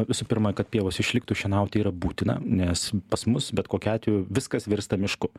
visų pirma kad pievos išliktų šienauti yra būtina nes pas mus bet kokiu atveju viskas virsta mišku